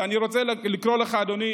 ואני רוצה לקרוא לך, אדוני